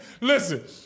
Listen